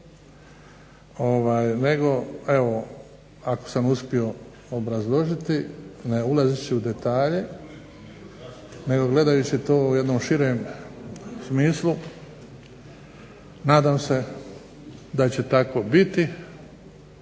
nego evo ako sam uspio obrazložiti ne ulazeći u detalje nego gledajući to u jednom širem smislu. Nadam se da će tako biti